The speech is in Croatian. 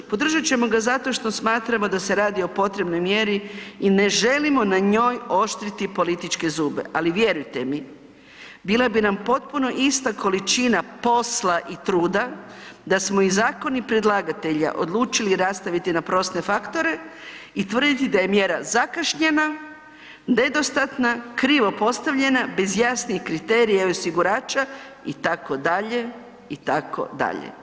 Podržat ćemo ga zato što smatramo da se radi o potrebnoj mjeri i ne želimo na njoj oštriti političke zube, ali vjerujte mi bila bi nam potpuno ista količina posla i truda da smo i zakon i predlagatelja odlučili rastaviti na proste faktore i tvrditi da je mjera zakašnjena, nedostatna, krivo postavljena bez jasnih kriterija i osigurača itd., itd.